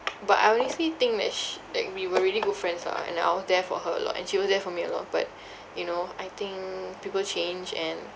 but I honestly think that sh~ that we were really good friends lah and then I was there for her a lot and she was there for me a lot but you know I think people change and